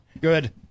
Good